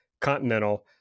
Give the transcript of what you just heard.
Continental